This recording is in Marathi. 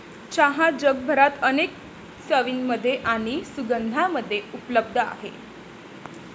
चहा जगभरात अनेक चवींमध्ये आणि सुगंधांमध्ये उपलब्ध आहे